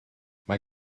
mae